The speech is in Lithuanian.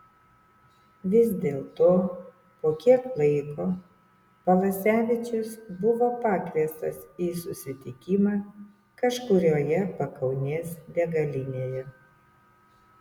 vis dėlto po kiek laiko valasevičius buvo pakviestas į susitikimą kažkurioje pakaunės degalinėje